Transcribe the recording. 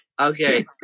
Okay